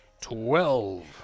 Twelve